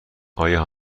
آیا